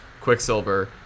Quicksilver